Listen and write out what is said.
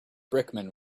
brickman